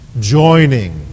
joining